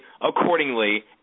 accordingly